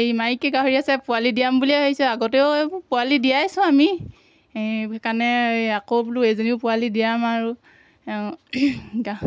এই মাইকী গাহৰি আছে পোৱালি দিয়াম বুলিয়ে ভাবিছোঁ আগতেও এইবোৰ পোৱালি দিয়াইছোঁ আমি এই সেইকাৰণে এই আকৌ বোলো এজনীও পোৱালি দিয়াম আৰু